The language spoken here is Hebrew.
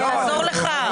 זה יעזור לך?